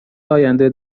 آینده